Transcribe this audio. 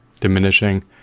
diminishing